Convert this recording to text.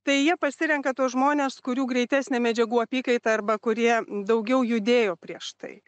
tai jie pasirenka tuos žmones kurių greitesnė medžiagų apykaita arba kurie daugiau judėjo prieš tai